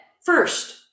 first